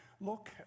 look